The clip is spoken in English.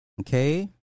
okay